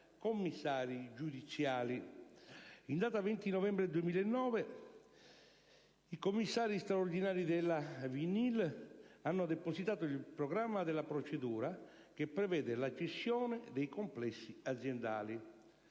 commissari giudiziali. In data 20 novembre 2009, i commissari straordinari della Vinyls hanno depositato il programma della procedura, che prevede la cessione dei complessi aziendali.